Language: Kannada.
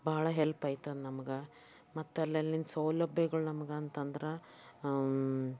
ಬಹಳ ಹೆಲ್ಪ್ ಆಯ್ತದ ನಮ್ಗೆ ಮತ್ತು ಅಲ್ಲಲ್ಲಿನ ಸೌಲಭ್ಯಗಳು ನಮ್ಗೆ ಅಂತಂದ್ರೆ